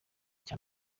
cya